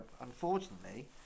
unfortunately